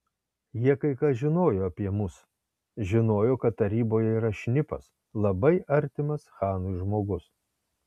jie kai ką žinojo apie mus žinojo kad taryboje yra šnipas labai artimas chanui žmogus